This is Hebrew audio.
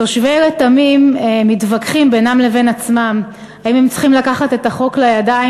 תושבי רתמים מתווכחים בינם לבין עצמם אם הם צריכים לקחת את החוק לידיים,